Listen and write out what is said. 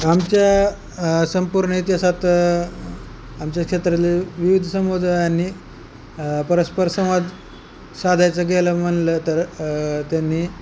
आमच्या संपूर्ण इतिहासात आमच्या क्षेत्रातले विविध समुदायानी परस्पर संवाद साधायचं गेलं म्हणलं तर त्यांनी